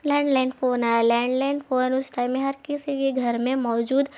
land line phone آیا land line phone اس time میں ہر کسی کے گھر میں موجود